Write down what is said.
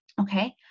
Okay